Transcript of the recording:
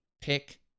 pick